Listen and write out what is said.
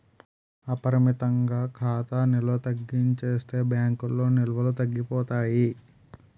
అపరిమితంగా ఖాతా నిల్వ తగ్గించేస్తే బ్యాంకుల్లో నిల్వలు తగ్గిపోతాయి